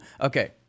Okay